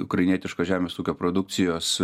ukrainietiškos žemės ūkio produkcijos